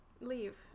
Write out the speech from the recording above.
leave